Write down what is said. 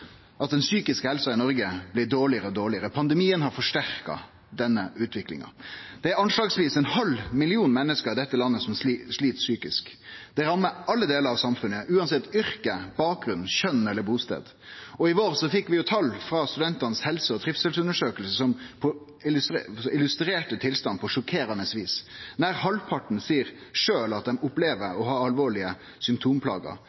og pandemien har forsterka denne utviklinga. Det er anslagsvis ein halv million menneske som slit psykisk i dette landet. Det rammar alle deler av samfunnet, uansett yrke, bakgrunn, kjønn eller bustad. I vår fekk vi tal frå helse- og trivselsundersøkinga til studentane, som illustrerte tilstanden på sjokkerande vis. Nær halvparten seier sjølv at dei opplever